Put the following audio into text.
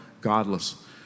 godless